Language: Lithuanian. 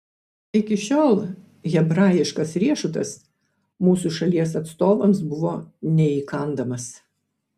iki šiol hebrajiškas riešutas mūsų šalies atstovams buvo neįkandamas